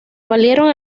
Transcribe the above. valieron